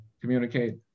communicate